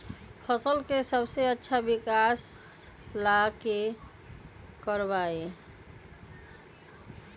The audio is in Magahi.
फसल के अच्छा विकास ला की करवाई?